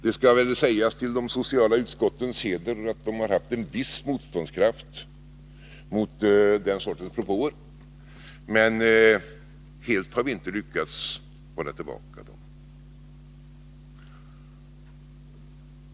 Det skall sägas till de sociala utskottens heder att de har haft en viss motståndskraft mot den sortens propåer, men helt har vi inte lyckats hålla tillbaka dem.